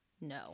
no